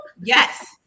yes